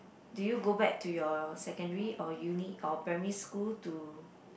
do you go back to your secondary or uni or primary school to